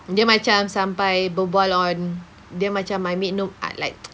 dia macam sampai berbual on dia macam my me~ no ah like